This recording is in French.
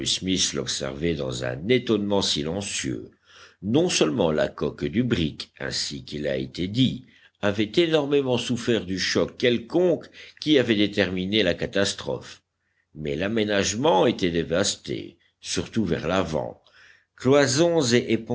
smith l'observait dans un étonnement silencieux non seulement la coque du brick ainsi qu'il a été dit avait énormément souffert du choc quelconque qui avait déterminé la catastrophe mais l'aménagement était dévasté surtout vers l'avant cloisons